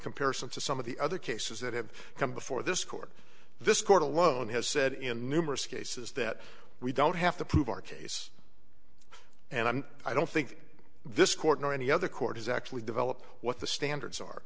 comparison to some of the other cases that have come before this court this court alone has said in numerous cases that we don't have to prove our case and i'm i don't think this court or any other court has actually developed what the standards are